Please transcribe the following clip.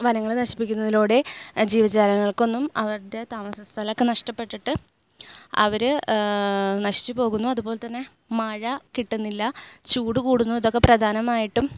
വനങ്ങൾ നശിപ്പിക്കുന്നതിലൂടെ ജീവജാലങ്ങൾക്കൊന്നും അവരുടെ താമസ സ്ഥലമൊക്കെ നഷ്ടപ്പെട്ടിട്ട് അവർ നശിച്ചുപോകുന്നു അതുപോലെതന്നെ മഴ കിട്ടുന്നില്ല ചൂട് കൂടുന്നു ഇതൊക്കെ പ്രധാനമായിട്ടും